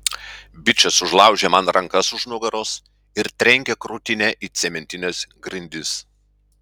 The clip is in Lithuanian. bičas užlaužia man rankas už nugaros ir trenkia krūtinę į cementines grindis